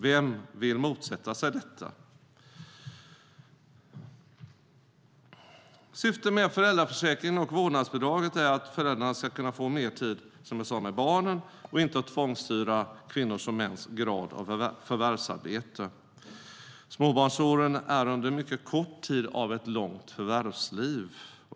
Vem vill motsätta sig detta? Syftet med föräldraförsäkringen och vårdnadsbidraget är att föräldrarna ska kunna få mer tid med barnen, inte att tvångsstyra kvinnors och mäns grad av förvärvsarbete. Småbarnsåren är under en mycket kort tid av ett långt förvärvsliv.